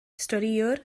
storïwr